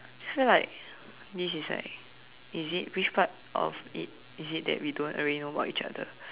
feel like this is like is it which part of it is it that we don't already know about each other